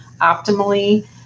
optimally